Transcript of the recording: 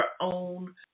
own